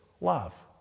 love